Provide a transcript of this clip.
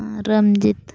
Ramjit